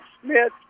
Smith